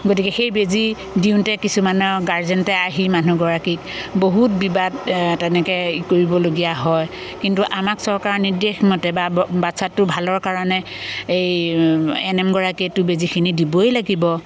গতিকে সেই বেজী দিওঁতে কিছুমানৰ গাৰজেণ্টে আহি মানুহগৰাকীক বহুত বিবাদ তেনেকৈ কৰিবলগীয়া হয় কিন্তু আমাক চৰকাৰৰ নিৰ্দেশ মতে বা বাচ্ছাটোৰ ভালৰ কাৰণে এই এ এন এম গৰাকীয়েতো বেজীখিনি দিবই লাগিব